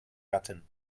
gattin